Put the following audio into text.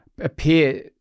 appear